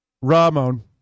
Ramon